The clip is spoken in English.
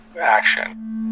action